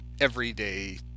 everyday